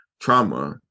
trauma